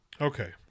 Okay